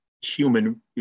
human